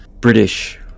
british